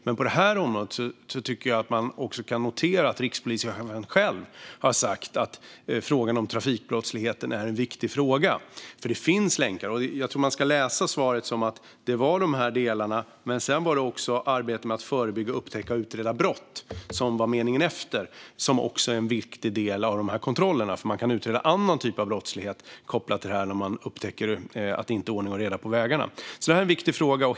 Men på det här området kan man notera att rikspolischefen själv har sagt att trafikbrottsligheten är en viktig fråga. Det finns länkar. Jag tror att vi ska läsa svaret som att det är dessa delar, men sedan är det också arbete med att förebygga, upptäcka och utreda brott - detta stod i meningen efter - som är en viktig del i kontrollarbetet. Man kan nämligen utreda andra typer av brott som är kopplade till att det inte är ordning och reda på vägarna. Detta är alltså en viktig fråga.